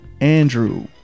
Andrew